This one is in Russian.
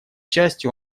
счастью